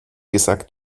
gesagt